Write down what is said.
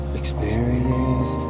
experience